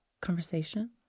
conversation